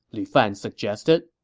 lu fan suggested.